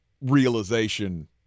realization